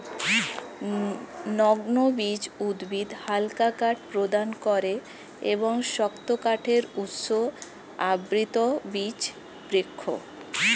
নগ্নবীজ উদ্ভিদ হালকা কাঠ প্রদান করে এবং শক্ত কাঠের উৎস আবৃতবীজ বৃক্ষ